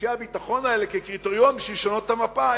נימוקי הביטחון האלה כקריטריון בשביל לשנות את המפה.